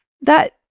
that-